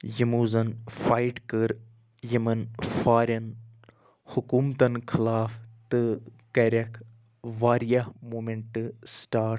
یمو زن فایٹ کٔر یمن فارِین حکومتَن خلاف تہٕ کَریٚکھ واریاہ موٗمیٚنٹہٕ سِٹارٹ